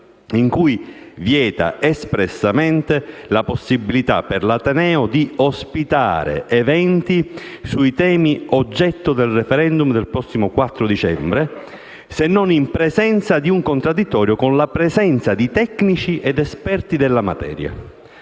in cui vieta espressamente la possibilità per l'ateneo di ospitare eventi sui temi oggetto del *referendum* del prossimo 4 dicembre se non in presenza di un contraddittorio con la presenza di tecnici ed esperti della materia».